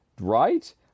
Right